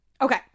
Okay